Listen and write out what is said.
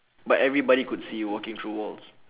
but everybody could see you walking through walls